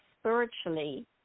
spiritually